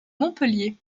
montpellier